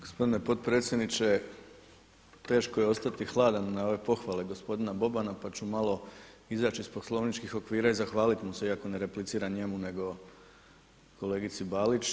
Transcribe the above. Gospodine potpredsjedniče, teško je ostati hladan na ove pohvale gospodina Bobana pa ću malo izaći iz poslovničkih okvira i zahvaliti mu se iako ne repliciram njemu nego kolegici Balić.